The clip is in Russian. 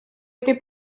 этой